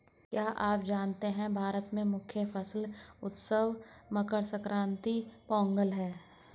क्या आप जानते है भारत में मुख्य फसल उत्सव मकर संक्रांति, पोंगल है?